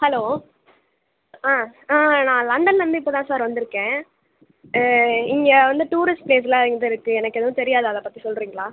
hello ஆ நான் லண்டன்லேருந்து இப்போ தான் சார் வந்திருக்கேன் இங்கே வந்து டூரிஸ்ட் ப்ளேஸுலாம் எங்கேருக்கு எனக்கு எதுவும் தெரியாது அதை பற்றி சொல்கிறீங்களா